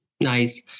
Nice